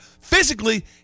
physically